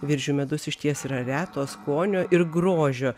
viržių medus išties yra reto skonio ir grožio